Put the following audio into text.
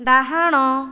ଡାହାଣ